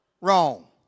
Wrong